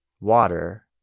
water